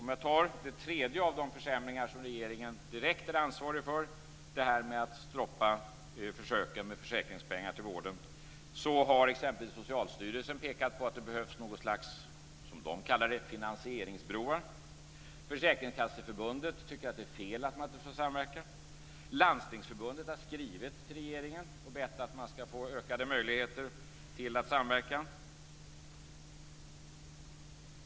Om jag tar den tredje av de försämringar som regeringen direkt är ansvarig för, att stoppa försöken med försäkringspengar till vården, har exempelvis Socialstyrelsen pekat på att det behövs något slags, som det kallar det, finansieringbroar. Försäkringskasseförbundet tycker att det är fel att man inte får samverka. Landstingsförbundet har skrivit till regeringen och bett att man ska få ökade möjligheter till att samverka.